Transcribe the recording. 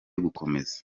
gukomeza